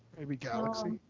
maybe galaxy?